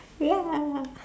ya